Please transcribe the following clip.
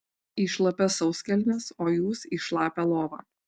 į šlapias sauskelnes o jūs į šlapią lovą